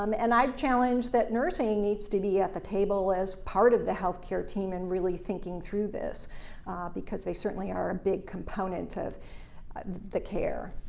um and i've challenged that nursing needs to be at the table as part of the healthcare team and really thinking through this because they certainly are ah big components of the care.